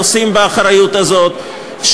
נושאים באחריות הזאת,